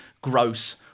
gross